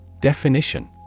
Definition